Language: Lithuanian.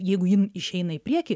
jeigu jin išeina į priekį